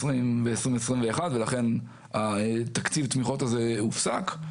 ו-2021 ולכן תקציב התמיכות הזה הופסק.